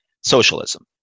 socialism